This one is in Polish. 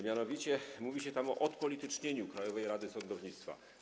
Mianowicie mówi się tam o odpolitycznieniu Krajowej Rady Sądownictwa.